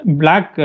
black